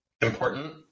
important